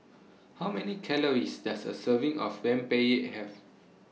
How Many Calories Does A Serving of Rempeyek Have